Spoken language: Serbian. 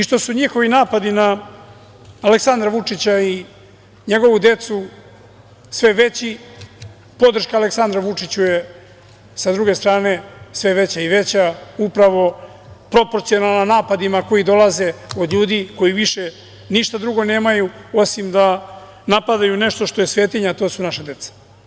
Što su njihovi napadi na Aleksandra Vučića i njegovu decu sve veći podrška Aleksandru Vučiću je sa druge strane je sve veća i veća upravo proporcionalno napadima koji dolaze od ljudi koji više ništa drugo nemaju osim da napadaju nešto što je svetinja, a to su naša deca.